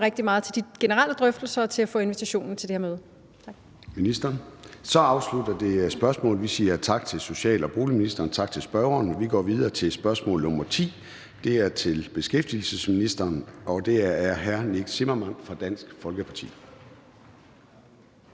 rigtig meget til de generelle drøftelser og til at få invitationen til det her møde. Tak. Kl. 13:48 Formanden (Søren Gade): Så afslutter vi spørgsmålet. Vi siger tak til social- og boligministeren og tak til spørgeren. Vi går videre til spørgsmål nr. 10 (spm. nr. S 266). Det er til beskæftigelsesministeren, og det er af hr. Nick Zimmermann fra Dansk Folkeparti.